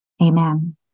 Amen